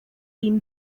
been